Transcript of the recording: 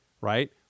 Right